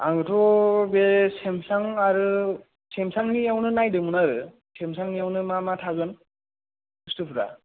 आंथ' बे सेमसां आरो सेमसांनियावनो नायदोंमोन आरो सेमसांनियावनो मा मा थागोन बुस्थुफ्रा